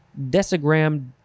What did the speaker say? decigram